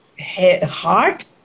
heart